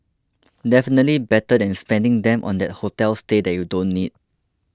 definitely better than spending them on that hotel stay that you don't need